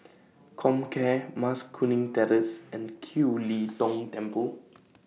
Comcare Mas Kuning Terrace and Kiew Lee Tong Temple